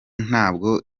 ntabwo